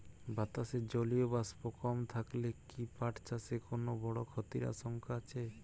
বাতাসে জলীয় বাষ্প কম থাকলে কি পাট চাষে কোনো বড় ক্ষতির আশঙ্কা আছে?